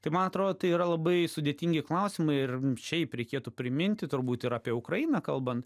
tai man atrodo tai yra labai sudėtingi klausimai ir šiaip reikėtų priminti turbūt ir apie ukrainą kalbant